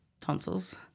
tonsils